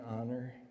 honor